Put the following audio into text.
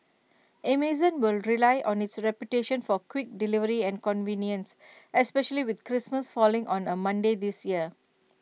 Amazon will rely on its reputation for quick delivery and convenience especially with Christmas falling on A Monday this year